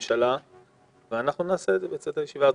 הממשלה ואנחנו נעשה את זה בסיום הישיבה הזאת.